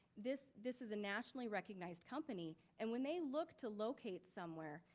this this is a nationally recognized company and when they look to locate somewhere,